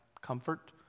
comfort